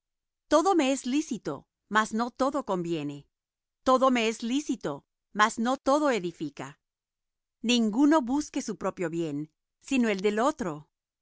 todo me es lícito mas no todo conviene todo me es lícito mas no todo edifica ninguno busque su propio bien sino el del otro